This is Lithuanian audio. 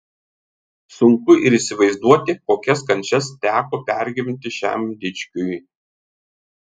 sunku ir įsivaizduoti kokias kančias teko pergyventi šiam dičkiui